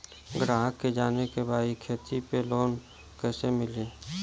ग्राहक के जाने के बा की खेती पे लोन कैसे मीली?